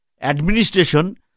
administration